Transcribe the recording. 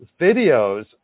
videos